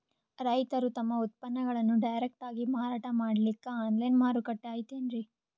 ರೈತರು ತಮ್ಮ ಉತ್ಪನ್ನಗಳನ್ನು ಡೈರೆಕ್ಟ್ ಆಗಿ ಮಾರಾಟ ಮಾಡಲಿಕ್ಕ ಆನ್ಲೈನ್ ಮಾರುಕಟ್ಟೆ ಐತೇನ್ರೀ?